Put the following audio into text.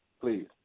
Please